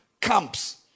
camps